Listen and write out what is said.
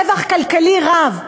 רווח כלכלי רב,